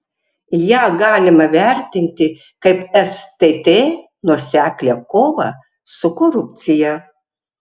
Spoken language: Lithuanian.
ją galima vertinti kaip stt nuoseklią kovą su korupcija